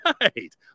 right